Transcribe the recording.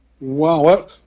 Wow